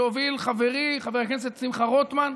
שהוביל חברי חבר הכנסת שמחה רוטמן,